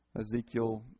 Ezekiel